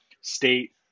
State